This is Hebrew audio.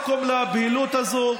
אין מקום לבהילות הזאת.